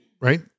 right